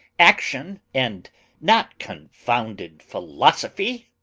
action and not confounded philosophy.